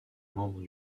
membres